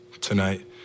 tonight